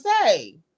say